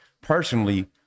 personally